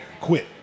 quit